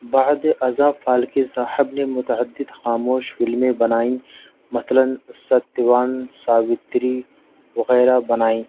بعد ازاں فالکے صاحب نے متعدد خاموش فلمیں بنائیں مثلا ستیوان ساوتری وغیرہ بنائیں